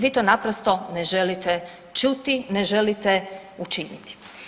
Vi to naprosto ne želite čuti, ne želite učiniti.